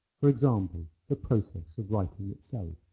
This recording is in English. for example the process of writing itself.